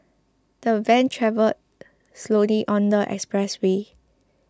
the van travelled slowly on the expressway